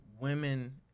women